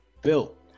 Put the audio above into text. built